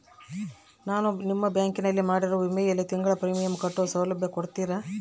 ನಾನು ನಿಮ್ಮ ಬ್ಯಾಂಕಿನಲ್ಲಿ ಮಾಡಿರೋ ವಿಮೆಯಲ್ಲಿ ತಿಂಗಳ ಪ್ರೇಮಿಯಂ ಕಟ್ಟೋ ಸೌಲಭ್ಯ ಕೊಡ್ತೇರಾ?